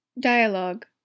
Dialogue